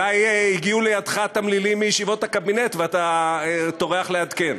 אולי לידך תמלילים מישיבות הקבינט ואתה טורח לעדכן.